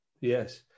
Yes